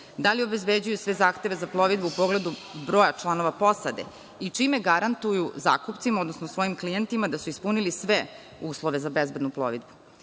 Da li obezbeđuju sve zahteve za plovidbu u pogledu broja članova posade i čime garantuju zakupcima, odnosno svojim klijentima da su ispunili sve uslove za bezbednu